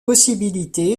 possibilité